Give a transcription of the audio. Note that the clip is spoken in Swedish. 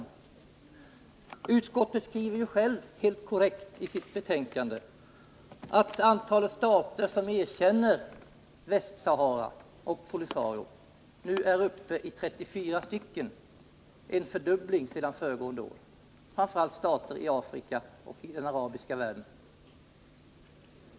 I utrikesutskottets betänkande skrivs helt korrekt att antalet stater som erkänner Västsahara och POLISA RIO nu är uppe i 34 — en fördubbling sedan föregående år. Huvuddelen av dessa är stater i Afrika och i den arabiska världen.